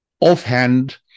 Offhand